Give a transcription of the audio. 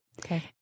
Okay